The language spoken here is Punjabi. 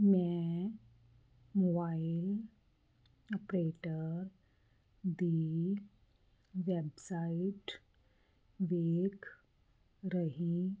ਮੈਂ ਮੋਬਾਈਲ ਆਪਰੇਟਰ ਦੀ ਵੈਬਸਾਈਟ ਵੇਖ ਰਹੀ